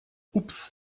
ups